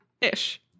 ish